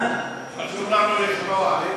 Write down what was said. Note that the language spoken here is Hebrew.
חשוב לנו לשמוע.